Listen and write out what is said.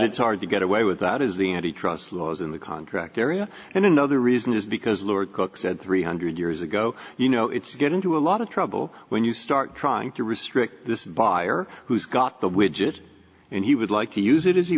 it's hard to get away with that is the anti trust laws in the contract area and another reason is because lord cook said three hundred years ago you know it's get into a lot of trouble when you start trying to restrict this buyer who's got the widget and he would like to use it as he